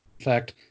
fact